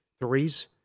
threes